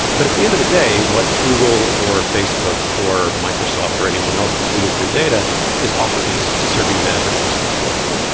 but at the end of the day, what google or facebook or microsoft or anyone else will do with your data is often to to serve you an advertisement with it.